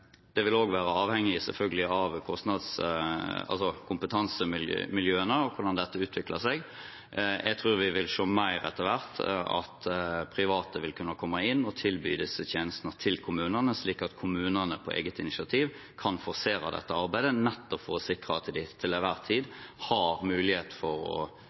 Det vil også selvfølgelig være avhengig av kompetansemiljøene og hvordan dette utvikler seg. Jeg tror vi vil se mer etter hvert at private vil kunne komme inn og tilby disse tjenestene til kommunene, slik at kommunene på eget initiativ kan forsere dette arbeidet nettopp for å sikre at de til enhver tid har mulighet for å